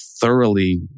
thoroughly